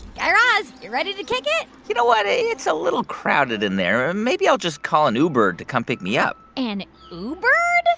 guy raz, you ready to kick it? you know what? it's a little crowded in there. maybe i'll just call an ubird to come pick me up an ubird?